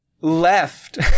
left